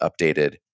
updated